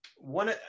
one